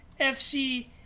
FC